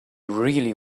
really